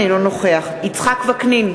אינו נוכח יצחק וקנין,